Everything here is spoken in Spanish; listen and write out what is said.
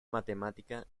matemática